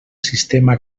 sistema